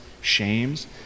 shames